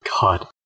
God